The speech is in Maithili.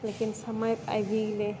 लेकिन समय आबि गेलै